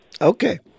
Okay